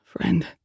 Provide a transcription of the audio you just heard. friend